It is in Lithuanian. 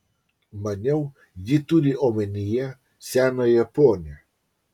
maniau ji turi omenyje senąją ponią